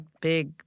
Big